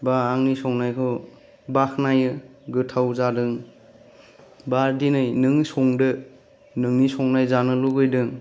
बा आंनि संनायखौ बाखनायो गोथाव जादों बा दिनै नों संदो नोंनि संनाय जानो लुबैदों